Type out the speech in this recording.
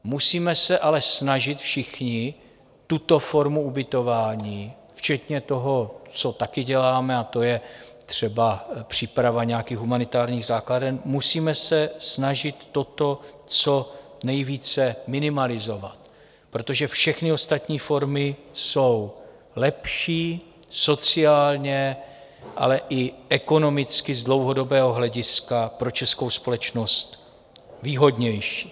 Musíme se ale snažit všichni tuto formu ubytování včetně toho, co taky děláme, a to je třeba příprava nějakých humanitárních základen musíme se snažit toto co nejvíce minimalizovat, protože všechny ostatní formy jsou lepší, sociálně, ale i ekonomicky, z dlouhodobého hlediska pro českou společnost výhodnější.